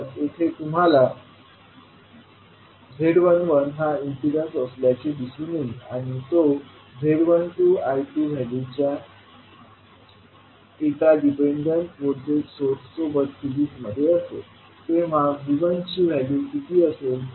तर येथे तुम्हाला z11हा इम्पीडन्स असल्याचे दिसून येईल आणि तो z12I2 व्हॅल्यूच्या एका डिपेंडंट व्होल्टेज सोर्स सोबत सीरिजमध्ये असेल तेव्हा V1ची व्हॅल्यू किती असेल